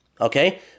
okay